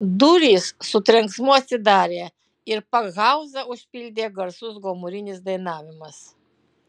durys su trenksmu atsidarė ir pakhauzą užpildė garsus gomurinis dainavimas